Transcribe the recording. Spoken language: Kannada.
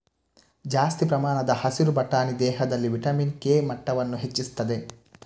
ಜಾಸ್ತಿ ಪ್ರಮಾಣದ ಹಸಿರು ಬಟಾಣಿ ದೇಹದಲ್ಲಿ ವಿಟಮಿನ್ ಕೆ ಮಟ್ಟವನ್ನ ಹೆಚ್ಚಿಸ್ತದೆ